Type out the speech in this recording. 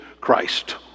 Christ